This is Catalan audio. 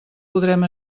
podrem